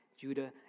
Judah